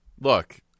Look